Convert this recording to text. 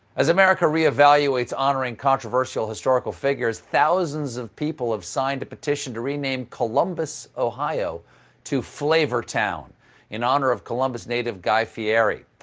as america reevaluates honoring controversial historical figures, thousands of people have signed a petition to rename columbus, ohio to flavortown in honor of columbus native guy fieri.